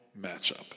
matchup